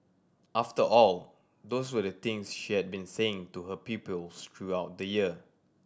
after all those were the things she had been saying to her pupils throughout the year